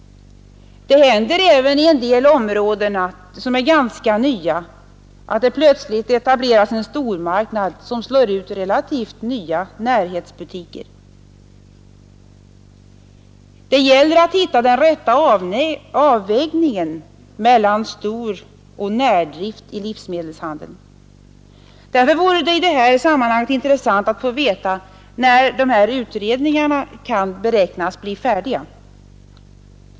Det händer även i en del områden, som är ganska nya, att det plötsligt etableras en stormarknad som slår ut relativt nya närhetsbutiker. Det gäller att hitta den rätta avvägningen mellan storoch närdrift i livsmedelshandeln. Därför vore det i detta sammanhang intressant att få veta när dessa utredningar kan beräknas bli färdiga.